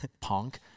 punk